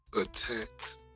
attacks